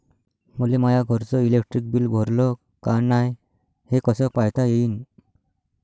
मले माया घरचं इलेक्ट्रिक बिल भरलं का नाय, हे कस पायता येईन?